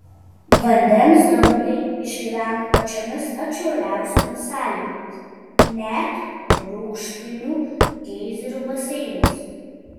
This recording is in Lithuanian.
vandens dumbliai išgyvena pačiomis atšiauriausiomis sąlygomis net rūgštinių geizerių baseinuose